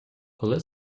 коли